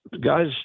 guys